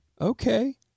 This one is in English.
Okay